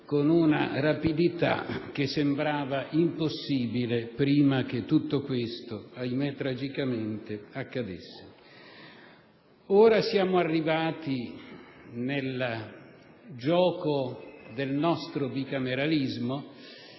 con una rapidità che sembrava impossibile prima che tutto questo, ahimè tragicamente, accadesse. Ora siamo arrivati, nel gioco del nostro bicameralismo,